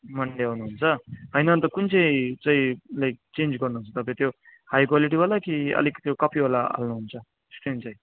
Monday आउनुहुन्छ होइन अन्त कुन चाहिँ चाहिँ लाइक चेन्ज गर्नुहुन्छ तपाईँ त्यो हाई क्वालिटीवाला कि अलिक त्यो कपीवाला लाउनुहुन्छ स्क्रिन चाहिँ